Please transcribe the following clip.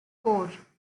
four